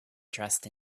dressed